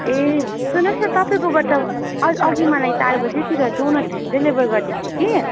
ए सुन्नुहोस् न तपाईँकोबाट अ अघि मलाई चार बजेतिर डोनट डेलिभर गरिदिएको थियो कि